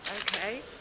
Okay